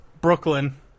Brooklyn